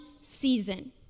season